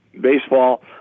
baseball